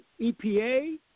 EPA